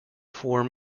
form